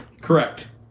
Correct